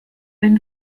wenn